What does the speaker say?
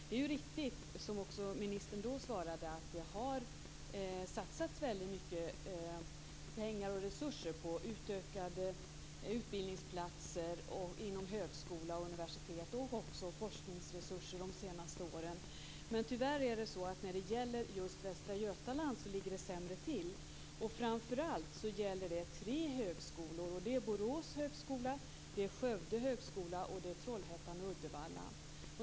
Det är riktigt, som ministern då svarade, att det har satsats väldigt mycket pengar och resurser på utökade utbildningsplatser inom högskola och universitet och också forskningsresurser de senaste åren. Tyvärr ligger just Västra Götaland sämre till. Framfört allt gäller det tre högskolor. Det är Borås högskola, Skövde högskola och Trollhättan/Uddevalla.